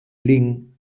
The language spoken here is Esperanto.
lin